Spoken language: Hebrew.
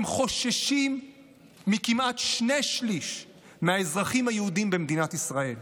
הם חוששים מכמעט שני שלישים מהאזרחים היהודים במדינת ישראל.